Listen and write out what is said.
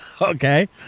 Okay